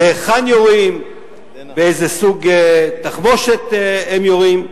להיכן יורים ואיזה סוג תחמושת הם יורים.